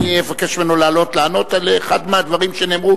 אני אבקש ממנו לעלות לענות על אחד מהדברים שנאמרו,